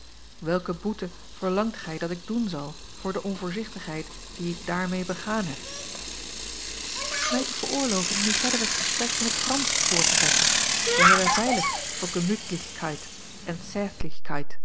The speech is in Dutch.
welke boete verlangt gij dat ik doen zal voor de onvoorzichtigheid die ik daarmee begaan heb mij te veroorloven nu verder het gesprek in het fransch voort te zetten dan zijn wij veilig voor gemüthlichkeit en